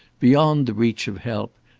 beyond the reach of help,